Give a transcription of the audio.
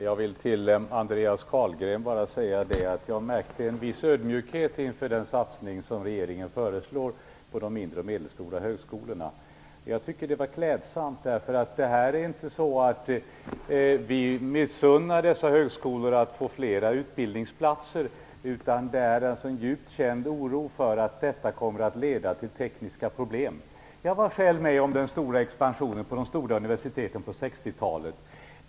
Herr talman! Jag märkte hos Andreas Carlgren en viss ödmjukhet inför den satsning som regeringen föreslår för de mindre och medelstora högskolorna, och jag tycker att det var klädsamt. Det är inte så att vi missunnar dessa högskolor att få fler utbildningsplatser, utan det handlar om en djupt känd oro för att detta kommer att leda till tekniska problem. Jag var själv med om den stora expansionen på de stora universiteten på 60-talet.